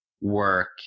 work